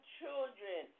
children